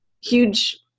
huge